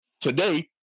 today